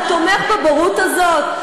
אתה תומך בבורות הזאת?